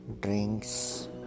drinks